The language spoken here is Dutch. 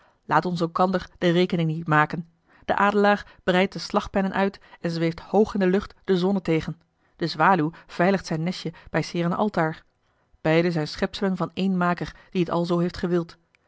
laat ons elkander de rekening niet maken de adelaar breidt de slagpennen uit en zweeft hoog in de lucht de zonne tegen de zwaluw veiligt zijn nestje bij s heeren altaar beide zijn schepselen van één maker die t alzoo heeft gewild